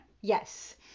Yes